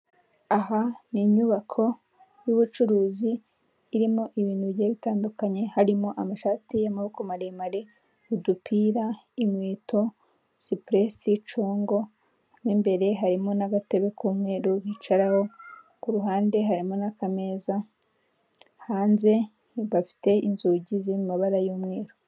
Umumama arimo arakoresha uburyo bwiza wo kwishyura amafaranga no kwishyurwa no kohereza ahagaze ahantu keza ku kazu, ku kazu gato kari mu mabara menshi cyane, umuhomdo, umweru, n'ubururu kari n'ahantu heza.